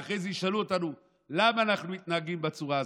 ואחרי זה ישאלו אותנו למה אנחנו מתנהגים בצורה הזאת.